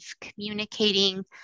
communicating